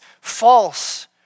false